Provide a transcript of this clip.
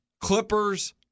Clippers